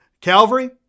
Calvary